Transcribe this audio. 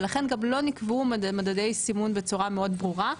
ולכן גם לא נקבעו מדדי סימון בצורה מאוד ברורה,